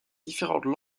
différentes